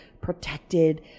protected